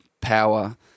power